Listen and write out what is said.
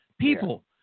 people